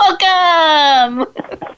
Welcome